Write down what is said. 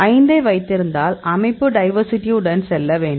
5 ஐ வைத்திருந்தால் அமைப்பு டைவர்சிடி உடன் செல்ல வேண்டும்